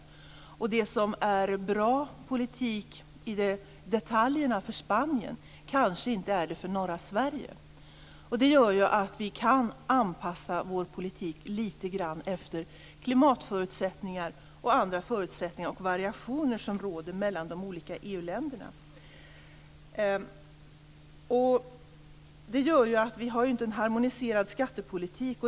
Det som är bra politik i detaljerna för Spanien kanske inte är det för norra Sverige. Det gör att vi kan anpassa vår politik lite grann efter klimatförutsättningar och andra förutsättningar och variationer som råder inom de olika EU-länderna. Vi har ju inte en harmoniserad skattepolitik.